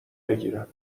بکیرم